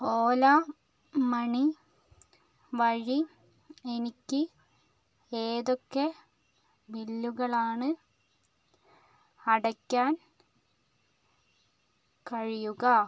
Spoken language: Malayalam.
ഓല മണി വഴി എനിക്ക് ഏതൊക്കെ ബില്ലുകളാണ് അടയ്ക്കാൻ കഴിയുക